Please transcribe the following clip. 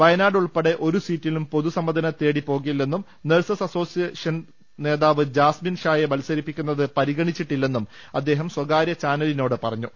വയനാട് ഉൾപ്പടെ ഒരു സീറ്റിലും പൊതു സമ്മതനെ തേടി പോകില്ലെന്നും നഴ്സസ് അസോസിയേഷൻ നേതാവ് ജാസ്മിൻ ഷായെ മത്സരിപ്പിക്കുന്നത് പരിഗണിച്ചിട്ടില്ലെന്നും അദ്ദേഹം സ്വകാര്യ ചാനലിനോട് പറഞ്ഞു